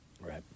Right